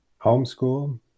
homeschool